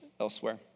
elsewhere